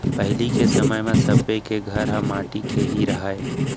पहिली के समय म सब्बे के घर ह माटी के ही रहय